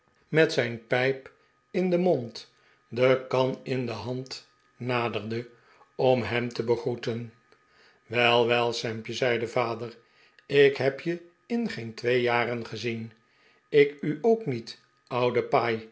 met zijn pijp in den mond en de kan in de hand naderde om hem te begroeten wel wel sampje zei de vader ik heb je in geen twee jaren gezien ik u ook niet oude paai